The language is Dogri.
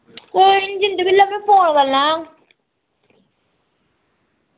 कोई नी जन्दे वेल्लै मैं फोन कर लैंग